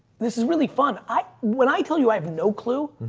this is really fun. i. when i tell you i have no clue.